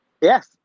Yes